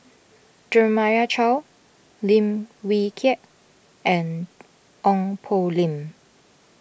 Jeremiah Choy Lim Wee Kiak and Ong Poh Lim